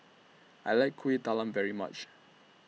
I like Kuih Talam very much